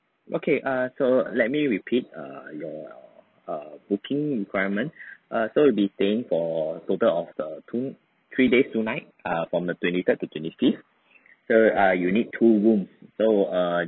okay err so let me repeat err your err booking requirement err so you'll be staying for total of the two three days two nights from err twenty third to twenty fifth so err you need two rooms so err